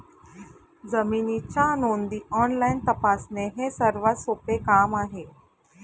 जमिनीच्या नोंदी ऑनलाईन तपासणे हे सर्वात सोपे काम आहे